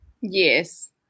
Yes